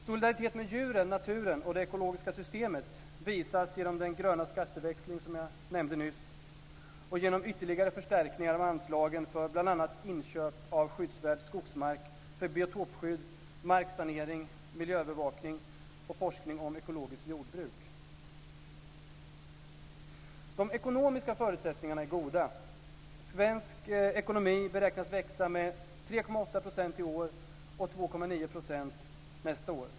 Solidaritet med djuren, naturen och det ekologiska systemet visas genom den gröna skatteväxling som jag nämnde nyss och genom ytterligare förstärkningar av anslagen för bl.a. inköp av skyddsvärd skogsmark, biotopskydd, marksanering, miljöbevakning och forskning om ekologiskt jordbruk. De ekonomiska förutsättningarna är goda. Svensk ekonomi beräknas växa med 3,8 % i år och 2,9 % nästa år.